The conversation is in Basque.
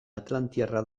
atlantiarra